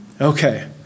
Okay